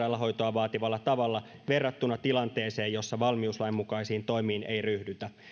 vaativalla tavalla verrattuna tilanteeseen jossa valmiuslain mukaisiin toimiin ei ryhdytä